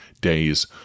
days